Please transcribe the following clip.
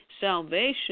salvation